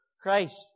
Christ